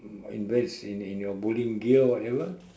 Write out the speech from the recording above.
invest in in your bowling gear or whatever